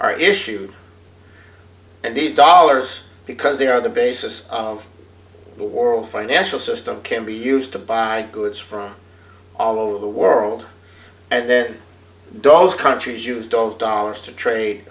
are issued and these dollars because they are the basis of the world financial system can be used to buy goods from all over the world and then dollars countries use dollars dollars to trade